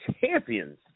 champions